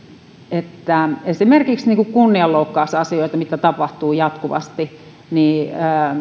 että esimerkiksi kunnianloukkausasioissa joita tapahtuu jatkuvasti